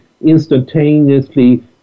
instantaneously